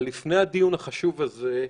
אבל לפני הדיון החשוב הזה,